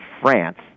France